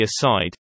aside